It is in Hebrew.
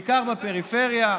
בעיקר בפריפריה,